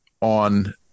on